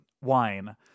wine